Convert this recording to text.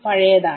പഴയതാണ്